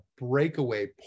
breakaway